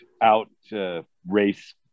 out-race